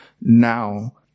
now